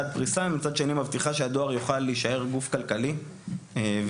פריסה ומצד שני מבטיחה שהדואר יוכל להישאר גוף כלכלי ועסקי,